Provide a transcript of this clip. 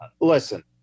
listen